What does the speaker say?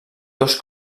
dos